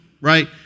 right